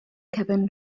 kevin